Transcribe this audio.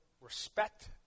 respect